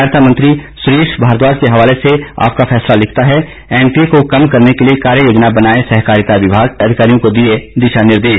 सहकारिता मंत्री सुरेश भारद्वाज के हवाले से आपका फैसला लिखता है एनपीए को कम करने के लिए कार्य योजना बनाएं सहकारिता विमाग की बैठक में अधिकारियों को दिए दिशा निर्देश